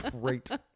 great